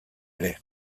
ere